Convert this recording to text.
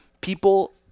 people